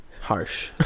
harsh